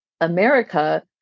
America